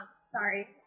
sorry